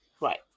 Right